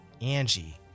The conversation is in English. Angie